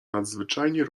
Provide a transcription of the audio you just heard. nadzwyczajnie